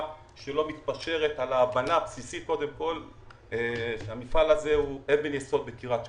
על ההבנה הבסיסית שהמפעל הזה הוא אבן יסוד בקריית שמונה.